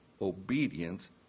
obedience